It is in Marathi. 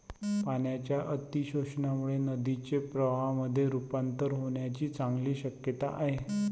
पाण्याच्या अतिशोषणामुळे नदीचे प्रवाहामध्ये रुपांतर होण्याची चांगली शक्यता आहे